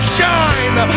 shine